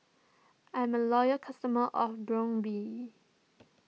I'm a loyal customer of Brown Bee